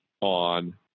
on